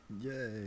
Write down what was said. Yay